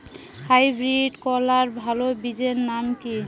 Hybrid করলার ভালো বীজের নাম কি?